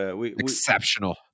Exceptional